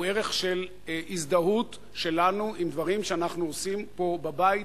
הוא ערך של הזדהות שלנו עם דברים שאנחנו עושים פה בבית,